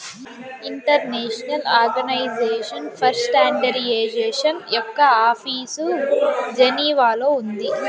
international organization for standardization యొక్క office జెనీవాలో ఉంది